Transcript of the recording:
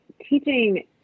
teaching